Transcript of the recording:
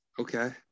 okay